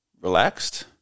Relaxed